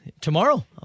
Tomorrow